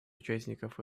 участников